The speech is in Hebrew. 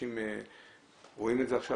אנשים רואים את זה עכשיו,